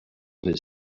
his